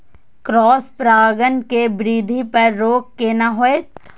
Cross परागण के वृद्धि पर रोक केना होयत?